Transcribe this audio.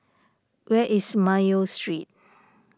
where is Mayo Street